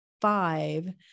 five